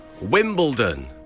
Wimbledon